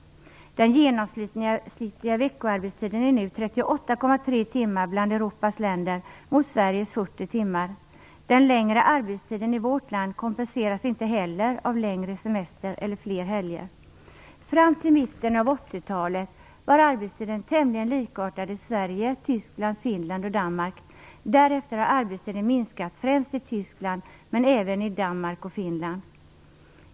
Den genomsnittliga veckoarbetstiden bland Europas länder är nu 38,3 timmar mot Sveriges 40 timmar. Den längre arbetstiden i vårt land kompenseras inte heller av längre semester eller fler helger. Fram till mitten av 80-talet var arbetstiden tämligen likartad i Sverige, Tyskland, Finland och Danmark. Därefter har arbetstiden minskat främst i Tyskland, men även i Danmark och Finland.